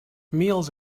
meals